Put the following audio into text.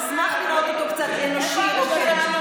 נשמח לראות אותו קצת אנושי, רוקד.